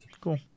Cool